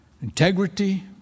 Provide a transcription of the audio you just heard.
integrity